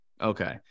Okay